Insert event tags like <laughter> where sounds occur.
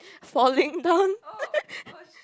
falling down <laughs>